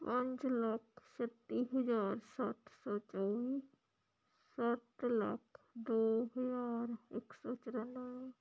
ਪੰਜ ਲੱਖ ਛੱਤੀ ਹਜ਼ਾਰ ਸੱਤ ਸੌ ਚੋਵੀ ਸੱਤ ਲੱਖ ਦੋ ਹਜ਼ਾਰ ਇੱਕ ਸੌ ਚੁਰਾਨਵੇਂ